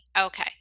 okay